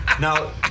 Now